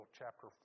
chapter